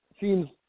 seems